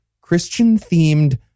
Christian-themed